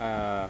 uh